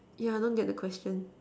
yeah I don't get the question